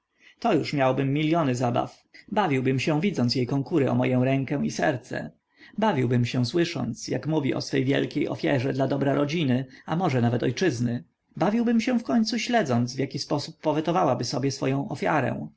tu już miałbym miliony zabaw bawiłbym się widząc jej konkury o moję rękę i serce bawiłbym się słysząc jak mówi o swej wielkiej ofierze dla dobra rodziny a może nawet ojczyzny bawiłbym się wkońcu śledząc w jaki sposób powetowałaby sobie swoję ofiarę